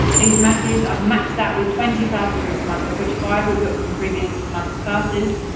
lisa matthews, i've maxed out with twenty classes this month, of which five were booked from previous month's classes.